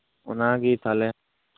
ᱚᱱᱟᱜᱮ ᱛᱟᱦᱞᱮ